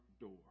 door